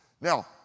Now